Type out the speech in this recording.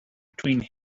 between